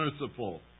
merciful